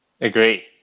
agree